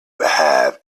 have